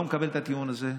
לא מקבל את הטיעון הזה.